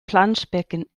planschbecken